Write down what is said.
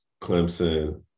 clemson